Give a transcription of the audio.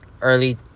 early